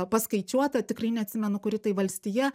paskaičiuota tikrai neatsimenu kuri tai valstija